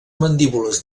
mandíbules